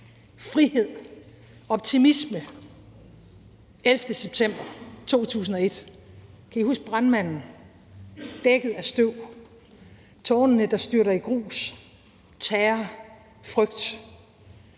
Der var den 11. september 2001. Kan I huske brandmanden dækket af støv og tårnene, der styrter i grus? Det